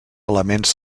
elements